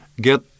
get